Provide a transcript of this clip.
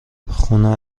خونه